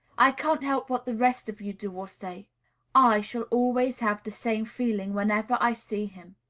i can't help what the rest of you do or say i shall always have the same feeling whenever i see him.